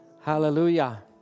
Hallelujah